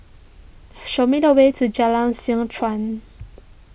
show me the way to Jalan Seh Chuan